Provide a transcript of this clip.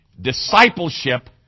discipleship